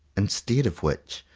instead of which,